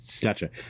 Gotcha